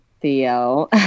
Theo